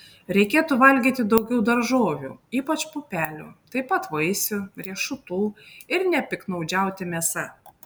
reikėtų valgyti daugiau daržovių ypač pupelių taip pat vaisių riešutų ir nepiktnaudžiauti mėsa